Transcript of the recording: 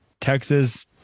Texas